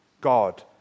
God